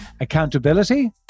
accountability